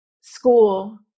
school